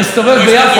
הסתובב ביפו,